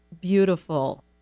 beautiful